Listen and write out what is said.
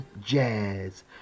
Jazz